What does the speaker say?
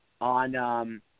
on –